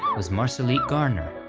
was marcellite garner,